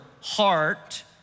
heart